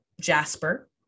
Jasper